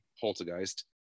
poltergeist